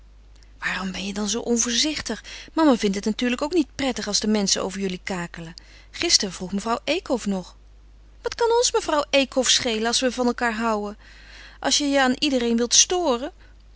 waarom ben je dan zoo onvoorzichtig mama vindt het natuurlijk ook niet prettig als de menschen over jullie kakelen gisteren vroeg mevrouw eekhof nog wat kan ons mevrouw eekhof schelen als we van elkaâr houden als je je aan iedereen wilt storen